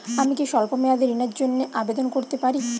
আমি কি স্বল্প মেয়াদি ঋণের জন্যে আবেদন করতে পারি?